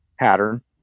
pattern